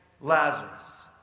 Lazarus